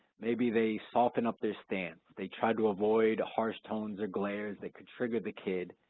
maybe they soften up their stance, they try to avoid harsh tones or glares that could trigger the kid.